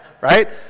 right